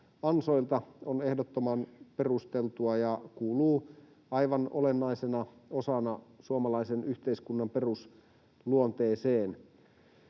ansoilta, on ehdottoman perusteltua ja kuuluu aivan olennaisena osana suomalaisen yhteiskunnan perusluonteeseen.